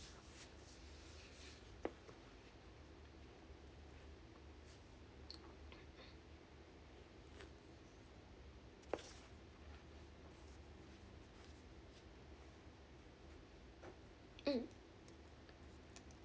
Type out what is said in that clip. mm